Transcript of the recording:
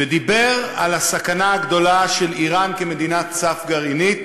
ודיבר על הסכנה הגדולה של איראן כמדינת סף גרעינית